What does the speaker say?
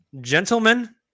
Gentlemen